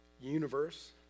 universe